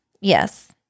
Yes